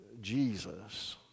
Jesus